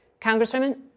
Congresswoman